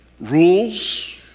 rules